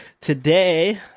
Today